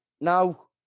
Now